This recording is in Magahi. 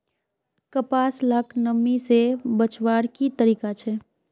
कपास लाक नमी से बचवार की तरीका छे?